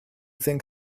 think